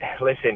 listen